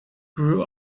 grew